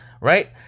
right